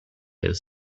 his